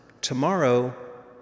tomorrow